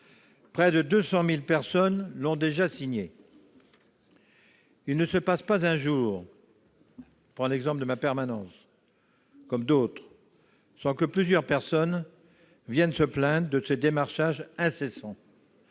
Près de 200 000 personnes l'ont déjà signée. Il ne se passe pas un jour, dans ma permanence comme dans d'autres, sans que plusieurs personnes viennent se plaindre de ces démarchages incessants.